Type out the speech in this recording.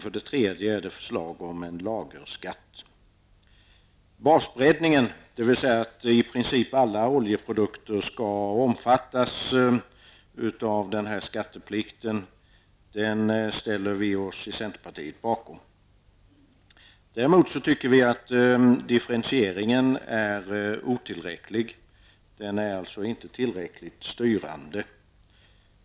För det tredje finns förslag om lagerskatt. Basbreddningen, dvs. att i princip alla oljeprodukter skall omfattas av skatteplikten, ställer vi oss i centerpartiet bakom. Däremot tycker vi att differentieringen är otillräcklig. Den är inte tillräckligt styrande.